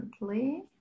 recently